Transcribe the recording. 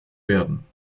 werden